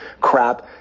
crap